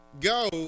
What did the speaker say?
go